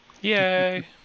yay